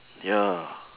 ya